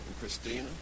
Christina